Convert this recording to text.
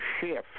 shift